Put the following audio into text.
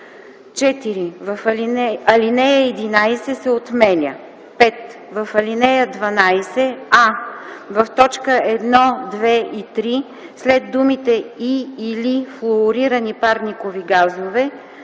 4. Алинея 11 се отменя. 5. В ал. 12: а) в т. 1, 2 и 3 след думите „и/или флуорирани парникови газове”,